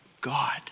God